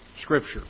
Scripture